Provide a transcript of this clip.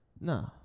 No